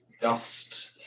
dust